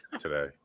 today